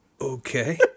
okay